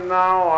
now